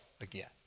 again